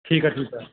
ਠੀਕ ਹੈ ਠੀਕ ਹੈ